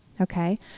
okay